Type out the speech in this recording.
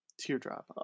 Teardrop